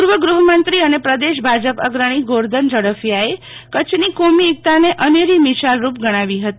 પૂર્વ ગૃફમંત્રી અને પ્રદેશ ભાજપ અગ્રણી અને ગોરધન જડફીયાએ કરછની કોમી એકતાને અનેરી મિશાલરૂપ ગણાવી ફતી